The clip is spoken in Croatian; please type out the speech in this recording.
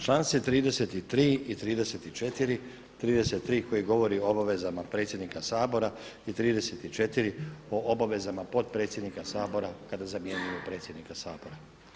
Članak 33. i 34., 33. koji govori o obavezama predsjednika Sabora i 34. o obavezama potpredsjednika Sabora kada zamjenjuju predsjednika Sabora.